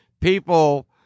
people